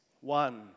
one